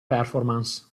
performance